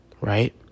Right